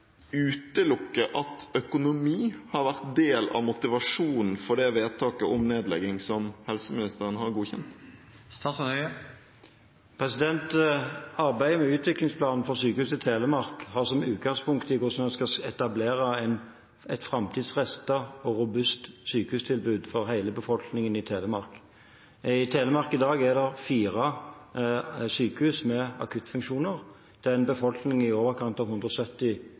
utelukke at økonomi har vært del av motivasjonen for det vedtaket om nedlegging som helseministeren har godkjent? Arbeidet med utviklingsplanen for Sykehuset Telemark har som utgangspunkt hvordan en skal etablere et framtidsrettet og robust sykehustilbud for hele befolkningen i Telemark. I Telemark i dag er det fire sykehus med akuttfunksjoner. Det er en befolkning på i overkant av 170